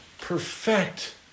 Perfect